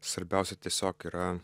svarbiausia tiesiog yra